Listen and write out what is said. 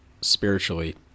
spiritually